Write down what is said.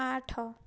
ଆଠ